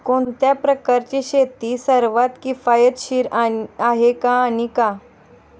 कोणत्या प्रकारची शेती सर्वात किफायतशीर आहे आणि का?